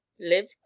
live